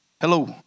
Hello